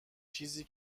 چیزی